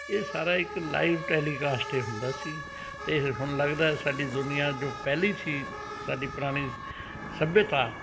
ਇਹ ਸਾਰਾ ਇੱਕ ਲਾਈਵ ਟੈਲੀਕਾਸਟ ਹੀ ਹੁੰਦਾ ਸੀ ਅਤੇ ਹੁਣ ਲੱਗਦਾ ਸਾਡੀ ਦੁਨੀਆ ਜੋ ਪਹਿਲੀ ਸੀ ਸਾਡੀ ਪੁਰਾਣੀ ਸੱਭਿਅਤਾ